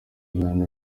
ibihano